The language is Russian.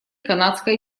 канадская